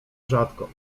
rzadko